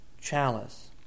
Chalice